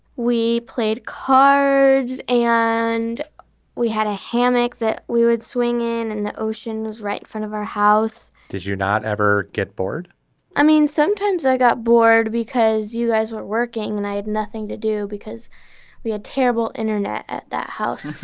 we played cards and we had a hammock that we would swing in and oceans right in front of our house did you not ever get bored i mean sometimes i got bored because you guys weren't working and i had nothing to do because we had terrible internet at that house